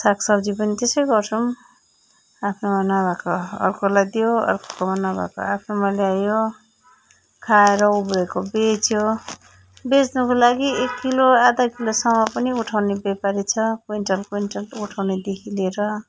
सागसब्जी पनि त्यसै गर्छौँ आफ्नोमा नभएको अर्कालाई दियो अर्कोकोमा नभएको आफ्नोमा ल्यायो खाएर उब्रिएको बेच्यो बेच्नुको लागि एक किलो आधा किलोसम्म पनि उठाउने व्यापारी छ कुइन्टल कुइन्टलको उठाउनेदेखि लिएर